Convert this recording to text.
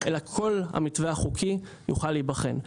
אלא כל המתווה החוקי יוכל להיבחן.